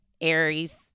Aries